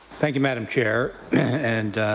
thank you madam chair and